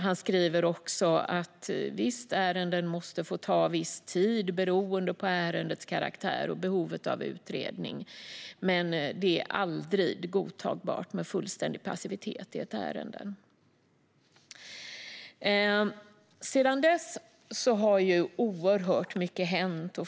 Han skriver också att ärenden visserligen måste få ta en viss tid beroende på deras karaktär och behovet av utredning men att det aldrig är godtagbart med fullständig passivitet i ett ärende. Sedan dess har oerhört mycket hänt.